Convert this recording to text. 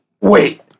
Wait